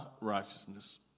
righteousness